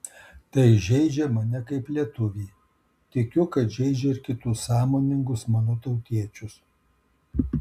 tai žeidžia mane kaip lietuvį tikiu kad žeidžia ir kitus sąmoningus mano tautiečius